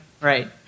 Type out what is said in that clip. Right